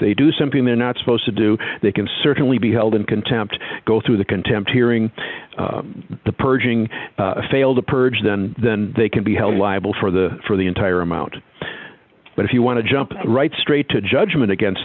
they do something they're not supposed to do they can certainly be held in contempt go through the contempt hearing the purging fail to purge then then they can be held liable for the for the entire amount but if you want to jump right straight to judgment against